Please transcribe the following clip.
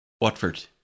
Watford